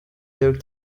their